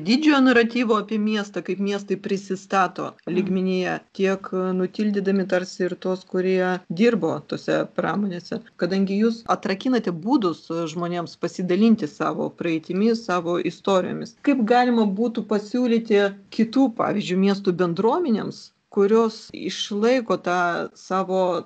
didžiojo naratyvo apie miestą kaip miestai prisistato lygmenyje tiek nutildydami tarsi ir tuos kurie dirbo tose pramonėse kadangi jūs atrakinate būdus žmonėms pasidalinti savo praeitimi savo istorijomis kaip galima būtų pasiūlyti kitų pavyzdžiui miestų kurios išlaiko tą savo